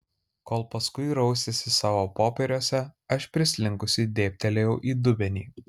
kol paskui rausėsi savo popieriuose aš prislinkusi dėbtelėjau į dubenį